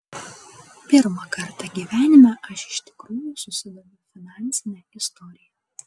pirmą kartą gyvenime aš iš tikrųjų susidomiu finansine istorija